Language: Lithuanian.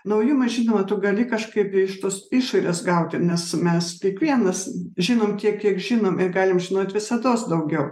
naujumą žinoma tu gali kažkaip iš tos išorės gauti nes mes kiekvienas žinom tiek kiek žinom ir galim žinot visados daugiau